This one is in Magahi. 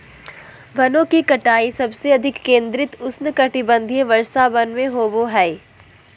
वनों की कटाई सबसे अधिक केंद्रित उष्णकटिबंधीय वर्षावन में होबो हइ